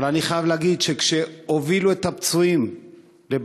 אבל אני חייב להגיד שכשהובילו את הפצועים לבתי-החולים,